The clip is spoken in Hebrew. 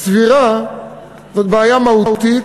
סבירה זאת בעיה מהותית,